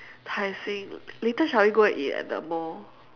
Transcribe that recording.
tai-seng later shall we go and eat at the mall